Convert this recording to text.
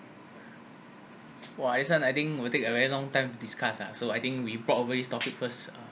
!wah! this one I think we'll take a very long time to discuss lah so I think we brought over this topic first uh